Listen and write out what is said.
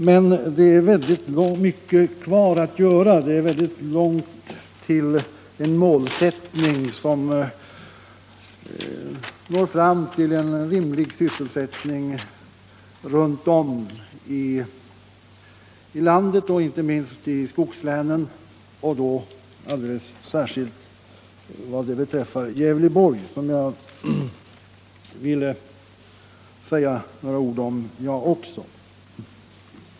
Men det är mycket kvar att göra — det är långt kvar innan vi nått fram till en rimlig sysselsättning runtom i landet och inte minst i skogslänen, framför allt då i Gävleborgs län, som också jag vill säga några ord om.